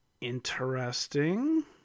interesting